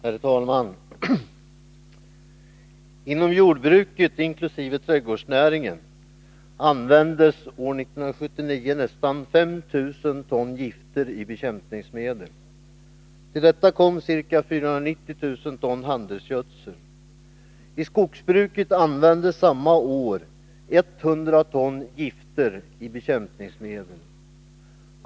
av bekämpnings Herr talman! Inom jordbruket och trädgårdsnäringen användes år 1979 medel över skogsnästan 5 000 ton gifter i bekämpningsmedel. Till detta kom ca 490 000 ton mark handelsgödsel. I skogsbruket användes samma år 100 ton gifter i bekämpningsmedel.